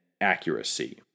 accuracy